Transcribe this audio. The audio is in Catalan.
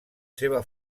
seva